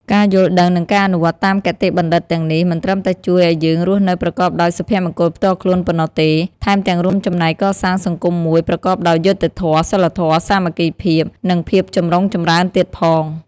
ការយល់ដឹង និងការអនុវត្តតាមគតិបណ្ឌិតទាំងនេះ មិនត្រឹមតែជួយឲ្យយើងរស់នៅប្រកបដោយសុភមង្គលផ្ទាល់ខ្លួនប៉ុណ្ណោះទេ ថែមទាំងរួមចំណែកកសាងសង្គមមួយប្រកបដោយយុត្តិធម៌ សីលធម៌ សាមគ្គីភាព និងភាពចម្រុងចម្រើនទៀតផង។